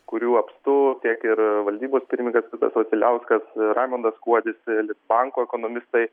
kurių apstu tiek ir valdybos pirmininkas vitas vasiliauskas raimundas kuodis lit banko ekonomistai